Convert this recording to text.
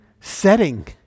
setting